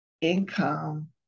income